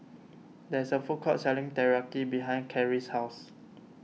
there is a food court selling Teriyaki behind Kerrie's house